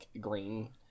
green